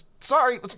sorry